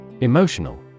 Emotional